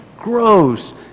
gross